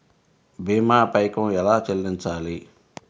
భీమా పైకం ఎలా చెల్లించాలి?